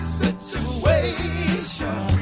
situation